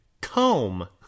comb